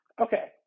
Okay